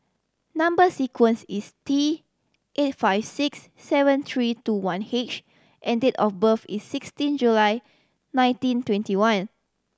number sequence is T eight five six seven three two one H and date of birth is sixteen July nineteen twenty one